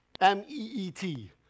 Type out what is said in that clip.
m-e-e-t